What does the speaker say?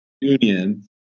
union